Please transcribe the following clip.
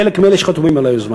חלק מאלה שחתומים על היוזמה